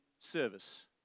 service